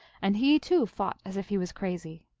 and he, too, fought as if he was crazy.